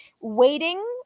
waiting